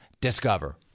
Discover